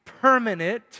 permanent